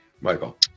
Michael